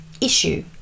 issue